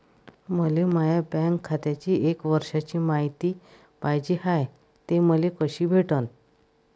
मले माया बँक खात्याची एक वर्षाची मायती पाहिजे हाय, ते मले कसी भेटनं?